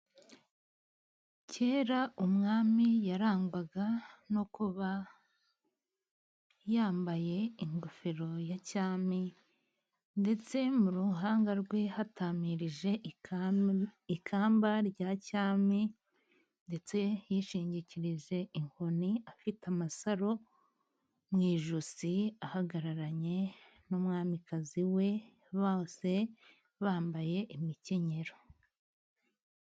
Kera umwami yarangwaga no kuba yambaye ingofero ya cyami, ndetse mu ruhanga rwe hatamirije ikamba rya cyami, ndetse yishingikirije inkoni afite amasaro mu ijosi, ahagararanye n'umwamikazi we bose bambaye imikenyero.